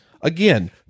Again